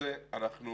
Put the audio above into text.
ראינו